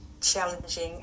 challenging